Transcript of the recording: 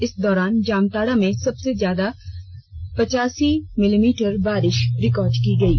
इस दौरान जामताड़ा में सबसे ज्यादा पचासी मिमी बारिश रिकॉर्ड की गयी